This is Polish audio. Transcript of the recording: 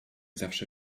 zawsze